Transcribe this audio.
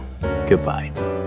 Goodbye